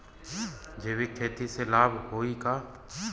जैविक खेती से लाभ होई का?